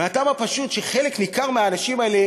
מהטעם הפשוט שחלק ניכר מהאנשים האלה